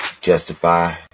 Justify